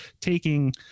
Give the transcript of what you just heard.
taking